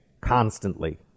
constantly